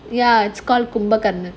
ya he's called kumbakarnan